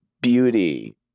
beauty